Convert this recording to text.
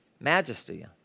majesty